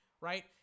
right